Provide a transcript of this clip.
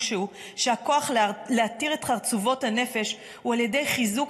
שהוא שהכוח להתיר את חרצובות הנפש הוא על ידי חיזוק